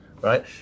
right